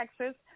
Texas